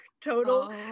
total